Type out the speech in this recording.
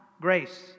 grace